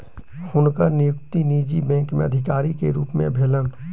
हुनकर नियुक्ति निजी बैंक में अधिकारी के रूप में भेलैन